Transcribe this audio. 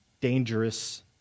dangerous